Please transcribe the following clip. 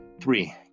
Three